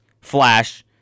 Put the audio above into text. Flash